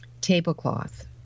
tablecloth